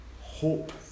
hope